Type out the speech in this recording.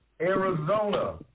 Arizona